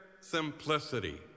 simplicity